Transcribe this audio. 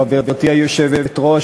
חברתי היושבת-ראש,